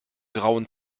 grauen